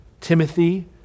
Timothy